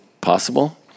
possible